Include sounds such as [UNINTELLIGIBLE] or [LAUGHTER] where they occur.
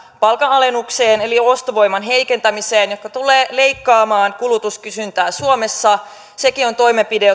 palkan alennukseen eli ostovoiman heikentämiseen joka tulee leikkaamaan kulutuskysyntää suomessa sekin on toimenpide [UNINTELLIGIBLE]